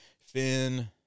Finn